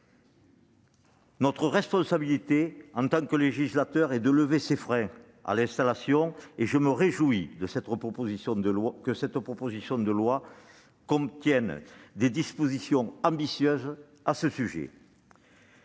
Notre responsabilité, en tant que législateurs, est de lever ces freins à l'installation. Je me réjouis donc que cette proposition de loi contienne des dispositions ambitieuses à ce sujet.